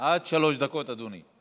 עד שלוש דקות, אדוני.